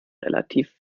relativ